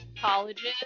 colleges